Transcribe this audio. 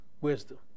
wisdom